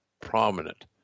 prominent